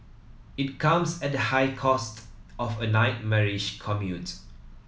it comes at the high cost of a nightmarish commute